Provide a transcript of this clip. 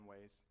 ways